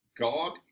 God